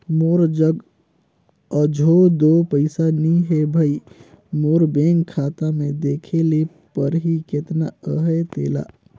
मोर जग अझो दो पइसा नी हे भई, मोर बेंक खाता में देखे ले परही केतना अहे तेला